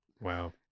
Wow